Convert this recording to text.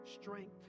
strength